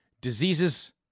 diseases